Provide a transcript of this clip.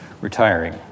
retiring